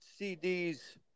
CDs